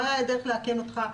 לא הייתה דרך לאכן אותך,